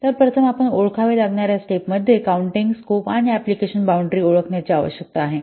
तर प्रथम आपण ओळखावे लागणार्या पहिल्या स्टेप मध्ये काउंटिंग स्कोप आणि अँप्लिकेशन बॉउंडरी ओळखण्याची आवश्यकता आहे